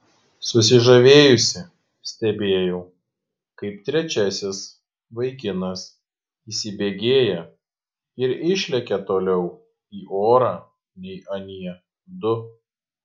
susižavėjusi stebėjau kaip trečiasis vaikinas įsibėgėja ir išlekia toliau į orą nei anie du